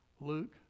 Luke